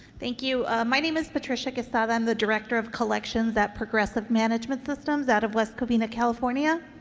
thank you. my name is patricia quezada. i'm the director of collections at progressive management systems out of west covina, california,